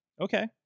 Okay